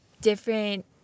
different